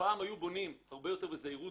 פעם היו בונים הרבה יותר בזהירות,